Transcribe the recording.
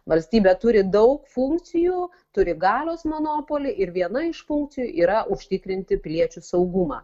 valstybė turi daug funkcijų turi galios monopolį ir viena iš funkcijų yra užtikrinti piliečių saugumą